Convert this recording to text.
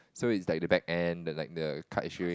so it's like the back end the like the card issuing